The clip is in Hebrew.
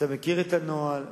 אתה מכיר את הנוהל,